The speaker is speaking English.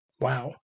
Wow